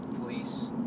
police